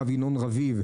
הרב ינון רביב,